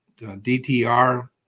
DTR